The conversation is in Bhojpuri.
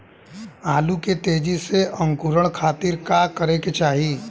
आलू के तेजी से अंकूरण खातीर का करे के चाही?